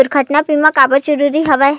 दुर्घटना बीमा काबर जरूरी हवय?